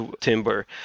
timber